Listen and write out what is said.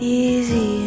easy